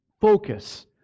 focus